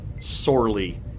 sorely